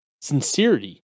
sincerity